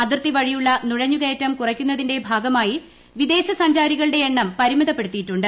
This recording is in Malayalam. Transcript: അതിർത്തിവഴിയുള്ള നുഴഞ്ഞുകയറ്റം കുറയ്ക്കുന്നതിന്റെ ഭാഗമായി വിദേശ സഞ്ചാരികളുടെ എണ്ണം പരിമിതപ്പെടുത്തിയിട്ടുണ്ട്